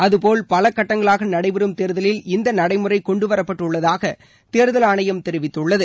அதுபோல் பல கட்டங்களாக நடைபெறும் தேர்தலில் இந்த நடைமுறை கொண்டுவரப்பட்டுள்ளதாக தேர்தல் ஆணையம் தெரிவித்துள்ளது